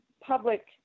public